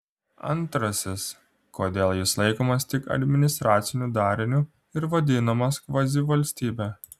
antrasis kodėl jis laikomas tik administraciniu dariniu ir vadinamas kvazivalstybe